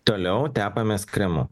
toliau tepamės kremu